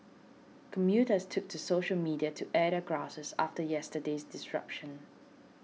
commuters took to social media to air their grouses after yesterday's disruption